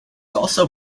also